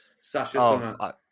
Sasha